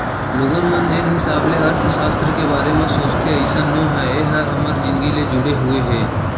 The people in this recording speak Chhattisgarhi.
लोगन मन जेन हिसाब ले अर्थसास्त्र के बारे म सोचथे अइसन नो हय ए ह हमर जिनगी ले जुड़े हुए हे